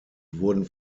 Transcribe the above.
wurden